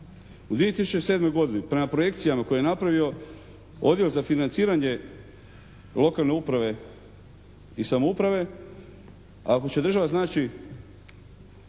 u 2007. godini prema projekcijama koje je napravio odio za financiranje lokalne uprave i samouprave, ako će država znači